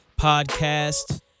podcast